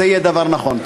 זה יהיה דבר נכון.